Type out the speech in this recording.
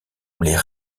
les